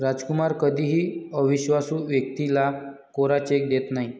रामकुमार कधीही अविश्वासू व्यक्तीला कोरा चेक देत नाही